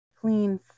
clean